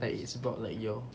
but it's about like your